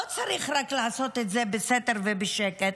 לא צריך רק לעשות את זה בסתר ובשקט,